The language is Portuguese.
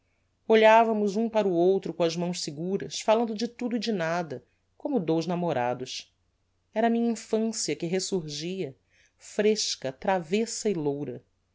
olhavamos um para o outro com as mãos seguras falando de tudo e de nada como dous namorados era a minha infancia que resurgia fresca travessa e loura